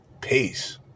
Peace